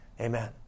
Amen